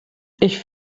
ich